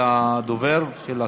המיקרופון של הדובר, של השר?